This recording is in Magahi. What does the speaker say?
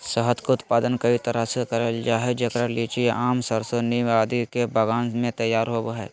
शहद के उत्पादन कई तरह से करल जा हई, जेकरा लीची, आम, सरसो, नीम आदि के बगान मे तैयार होव हई